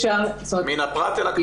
מן הפרט אל הכלל.